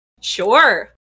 Sure